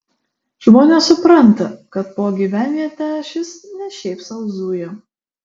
žmonės supranta kad po gyvenvietę šis ne šiaip sau zuja